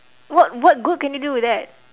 what what good can you do with that